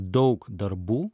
daug darbų